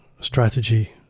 strategy